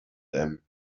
them